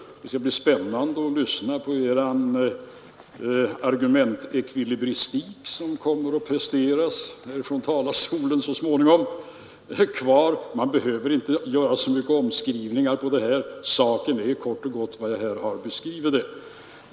Det skall bli spännande att lyssna på den argumentekvilibristik som ni kommer att prestera från talarstolen så småningom. Man behöver inte göra så mycket omskrivningar av proble met — det är kort och gott som jag har beskrivit det.